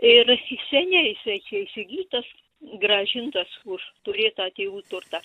ir seniai jisai čia įsigytas grąžintas už turėtą tėvų turtą